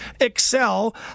excel